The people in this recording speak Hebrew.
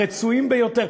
הרצויים ביותר.